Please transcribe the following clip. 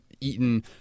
eaten